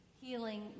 healing